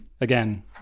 Again